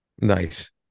nice